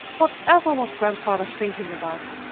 whatever was grandfather thinking about!